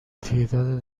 تعداد